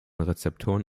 rezeptoren